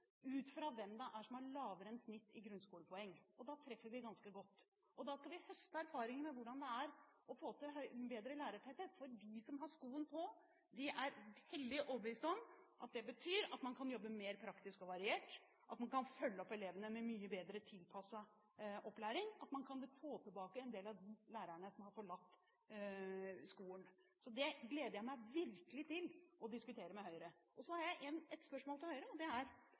ut fra hvilke det er som har lavere enn snitt i grunnskolepoeng, og da treffer vi ganske godt. Da skal vi høste erfaringer med hvordan det er å få til bedre lærertetthet. De som har skoen på, er hellig overbevist om at det betyr at man kan jobbe mer praktisk og variert, at man kan følge opp elevene med mye bedre tilpasset opplæring, og at man kan få tilbake en del av de lærerne som har forlatt skolen. Så det gleder jeg meg virkelig til å diskutere med Høyre. Så har jeg et spørsmål til Høyre. Jeg ser at Høyre foreslår å redusere kommunenes egenandel når det